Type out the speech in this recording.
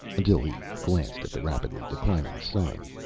until he glanced at the rapidly declining sun.